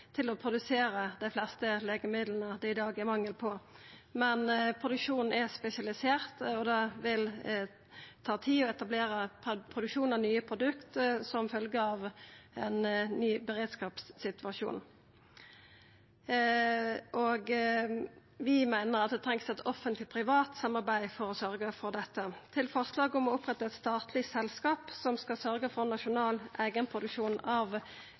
til å produsera dei fleste legemidla det er mangel på i dag. Men produksjonen er spesialisert, og det vil ta tid å etablera produksjon av nye produkt som følgje av ein ny beredskapssituasjon. Vi meiner at det trengst eit offentleg-privat samarbeid for å sørgja for dette. Til forslaget om å oppretta eit statleg selskap som skal sørgja for nasjonal eigenproduksjon av